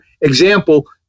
example